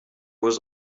was